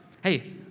hey